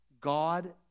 God